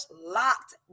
locked